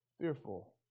fearful